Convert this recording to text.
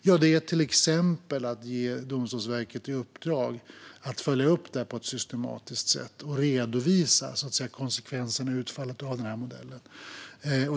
Ja, till exempel kan man ge Domstolsverket i uppdrag att följa upp detta på ett systematiskt sätt och redovisa konsekvenserna och utfallet av modellen.